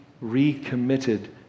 recommitted